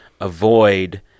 avoid